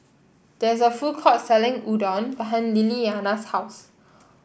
there is a food court selling Udon behind Lilyana's house